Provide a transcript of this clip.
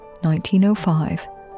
1905